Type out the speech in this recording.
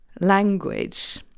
language